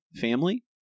family